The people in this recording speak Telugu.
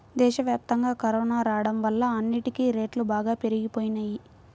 దేశవ్యాప్తంగా కరోనా రాడం వల్ల అన్నిటికీ రేట్లు బాగా పెరిగిపోయినియ్యి